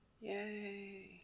Yay